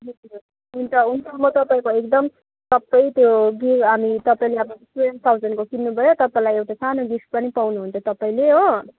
हुन्छ हुन्छ म तपाईँको एकदम सबै त्यो गि अनि तपाईँले अब ट्वेल्भ थाइज्यान्डको किन्नुभयो तपाईँलाई एउटा सानो गिफ्ट पनि पाउनुहुन्छ तपाईँले हो